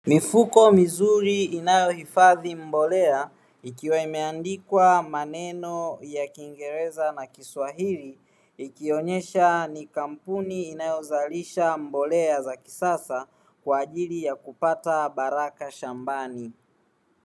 Mifuko mizuri inayohifadhi mbolea, ikiwa imeandikwa maneno ya kiingereza na kiswahili, ikionyesha ni kampuni inayozalisha mbolea za kisasa kwa ajili ya kupata baraka shambani.